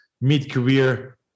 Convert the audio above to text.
mid-career